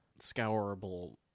scourable